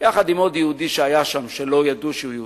יחד עם עוד יהודי שהיה שם, שלא ידעו שהוא יהודי,